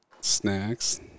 snacks